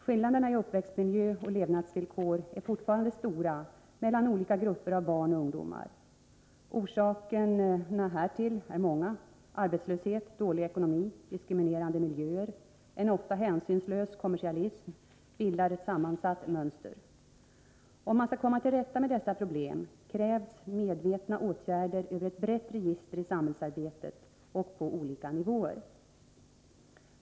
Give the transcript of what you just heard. Skillnaderna i uppväxtmiljö och levnadsvillkor är fortfarande stora mellan olika grupper av barn och ungdomar. Orsakerna härtill är många. Arbetslöshet, dålig ekonomi, diskriminerande miljöer och en ofta hänsynslös kommersialism bildar ett sammansatt mönster. Om man skall komma till rätta med dessa problem krävs medvetna åtgärder över ett brett register i samhällsarbetet och på flera olika nivåer.